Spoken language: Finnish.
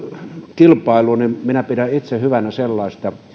kilpailuun niin minä pidän itse hyvänä sellaista